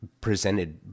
presented